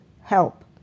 help